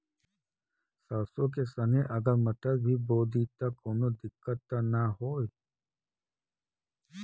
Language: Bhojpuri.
सरसो के संगे अगर मटर भी बो दी त कवनो दिक्कत त ना होय?